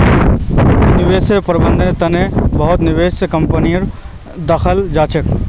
निवेश प्रबन्धनेर तने बहुत निवेश कम्पनीको दखाल जा छेक